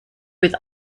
with